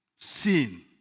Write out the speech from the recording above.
Sin